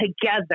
together